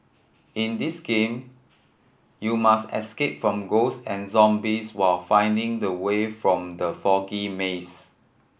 in this game you must escape from ghost and zombies while finding the way out from the foggy maze